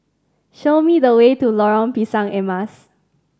show me the way to Lorong Pisang Emas